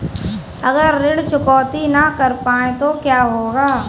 अगर ऋण चुकौती न कर पाए तो क्या होगा?